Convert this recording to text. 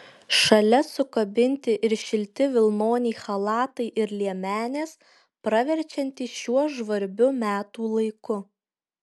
šalia sukabinti ir šilti vilnoniai chalatai ir liemenės praverčiantys šiuo žvarbiu metų laiku